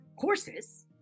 courses